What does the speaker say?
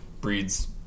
Breeds